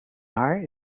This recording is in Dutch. haar